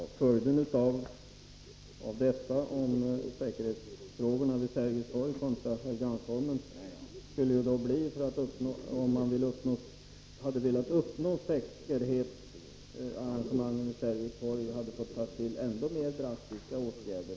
Herr talman! Följden av detta resonemang om säkerhetsfrågorna vid Sergels torg kontra säkerhetsfrågorna på Helgeandsholmen skulle ju bli, att om man velat få till stånd samma säkerhetsarrangemang vid Sergels torg som här, så hade man fått vidta ännu mer drastiska åtgärder.